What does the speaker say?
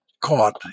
caught